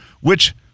which-